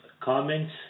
comments